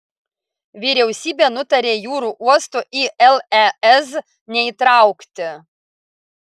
vyriausybė nutarė jūrų uosto į lez neįtraukti